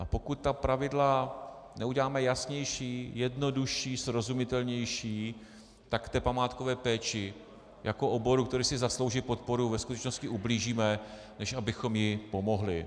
Pokud ta pravidla neuděláme jasnější, jednodušší, srozumitelnější, tak té památkové péči jako oboru, který si zaslouží podporu, ve skutečnosti ublížíme, než abychom jí pomohli.